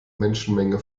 menschenmenge